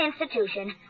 Institution